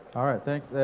alright thanks.